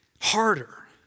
Harder